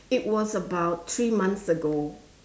it was about three months ago